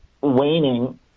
waning